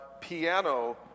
piano